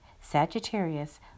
Sagittarius